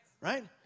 right